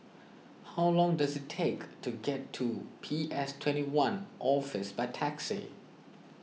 how long does it take to get to P S twenty one Office by taxi